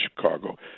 Chicago